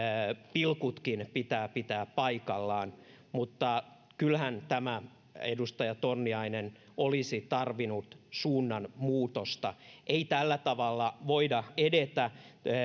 pilkutkin pitää pitää paikallaan mutta kyllähän tämä edustaja torniainen olisi tarvinnut suunnanmuutosta ei tällä tavalla voida edetä